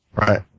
Right